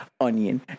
onion